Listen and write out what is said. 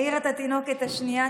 העירה את התינוקת השנייה,